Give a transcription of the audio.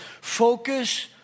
focus